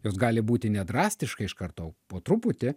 jos gali būti ne drastiškai iš karto o po truputį